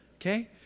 okay